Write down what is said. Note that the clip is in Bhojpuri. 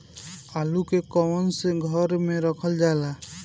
आलू के कवन से घर मे रखल जाला?